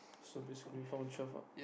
so basically found twelve ah